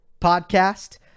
podcast